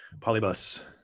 polybus